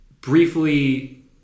briefly